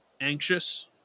anxious